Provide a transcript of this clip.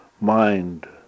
mind